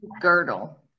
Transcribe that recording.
girdle